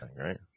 right